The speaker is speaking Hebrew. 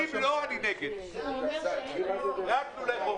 אם הייתי יודע שעל דברים כאלה ישבת